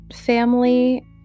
family